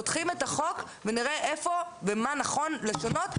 פותחים את החוק ונראה איפה ומה נכון לשנות,